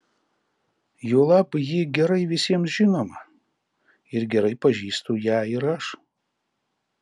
juolab ji gerai visiems žinoma ir gerai pažįstu ją ir aš